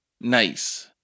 Nice